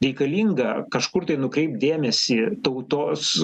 reikalinga kažkur tai nukreipt dėmesį tautos